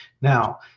now